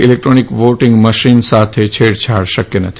electronic voting machine સાથે છેડછાડ શક્ય નથી